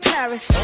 Paris